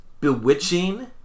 bewitching